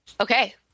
okay